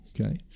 okay